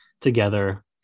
together